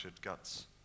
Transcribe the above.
guts